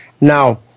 Now